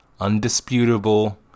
undisputable